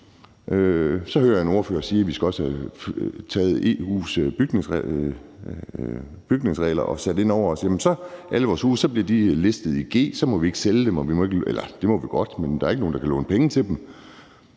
Så hører jeg en ordfører sige, at vi også skal have sat EU's bygningsregler ind, og så bliver alle vores huse listet som »G«, og så må vi ikke sælge dem, eller det må vi godt, men der er ikke nogen, der kan låne penge til dem.